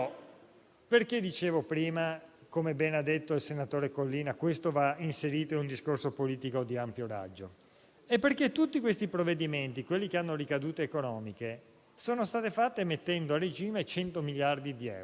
è tutto nei confronti delle future generazioni e quindi da qui nasce un imperativo politico e morale per far sì che l'utilizzo di quei soldi venga investito per le future generazioni.